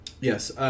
Yes